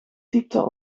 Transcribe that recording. typte